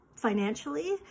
financially